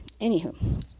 anywho